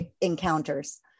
encounters